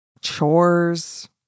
chores